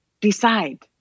decide